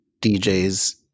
DJs